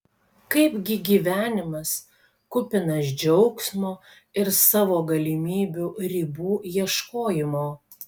kaipgi gyvenimas kupinas džiaugsmo ir savo galimybių ribų ieškojimo